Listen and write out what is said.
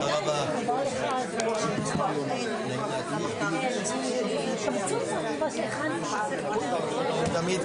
לפרסם לציבור מהי מדיניות החשיפה של חומרים ומה הקריטריונים למדיניות